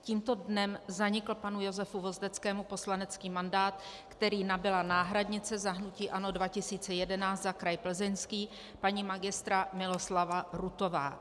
Tímto dnem zanikl panu Josefu Vozdeckému poslanecký mandát, který nabyla náhradnice za hnutí ANO 2011 za kraj Plzeňský paní Mgr. Miloslava Rutová.